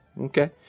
Okay